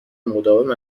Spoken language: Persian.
مداوم